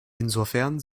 insofern